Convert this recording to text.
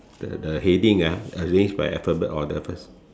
the the heading ah arrange by alphabet order first